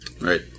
Right